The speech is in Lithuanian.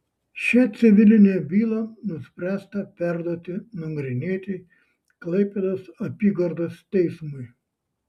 šią civilinę bylą nuspręsta perduoti nagrinėti klaipėdos apygardos teismui